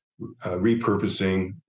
repurposing